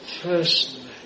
personally